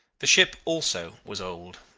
the ship also was old.